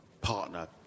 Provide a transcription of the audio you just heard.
partner